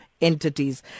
entities